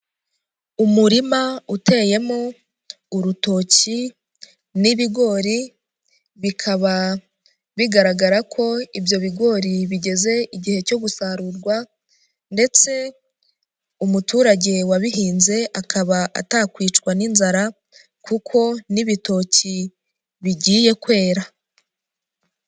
Umurima uteyemo urutoki n'ibigori bikaba bigaragara ko ibyo bigori bigeze igihe cyo gusarurwa, ndetse umuturage wabihinze akaba atakwicwa n'inzara, kuko n'ibitoki bigiye kwera.